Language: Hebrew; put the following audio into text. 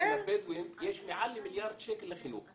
של הבדואים יש מעל למיליארד שקל לחינוך.